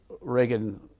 Reagan